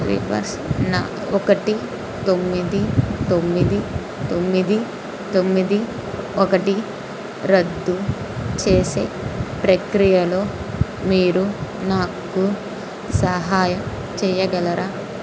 రిఫస్ న ఒకటి తొమ్మిది తొమ్మిది తొమ్మిది తొమ్మిది ఒకటి రద్దు చేసే ప్రక్రియలో మీరు నాకు సహాయం చేయగలరా